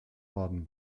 baden